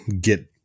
get